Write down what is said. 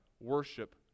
worship